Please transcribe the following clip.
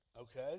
Okay